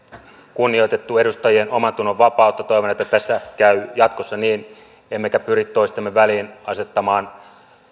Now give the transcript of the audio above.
kunnioitettu edustajien omantunnonvapautta toivon että tässä käy jatkossa niin emmekä pyri toistemme väliin asettamaan